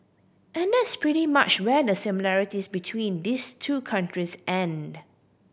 and that's pretty much where the similarities between these two countries end